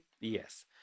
Yes